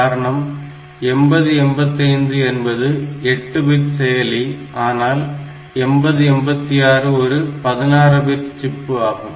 காரணம் 8085 என்பது 8 பிட் செயலி ஆனால் 8086 ஒரு 16 பிட் சிப்பு ஆகும்